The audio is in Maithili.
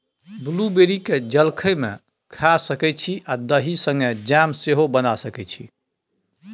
ब्लूबेरी केँ जलखै मे खाए सकै छी आ दही संगै जैम सेहो बना सकै छी